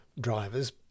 drivers